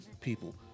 people